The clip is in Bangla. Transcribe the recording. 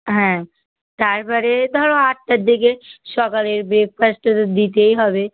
হ্যাঁ তারপরে ধরো আটটার দিকে সকালের ব্রেকফাস্টটা তো দিতেই হবে